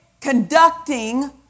conducting